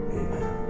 amen